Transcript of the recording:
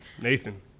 Nathan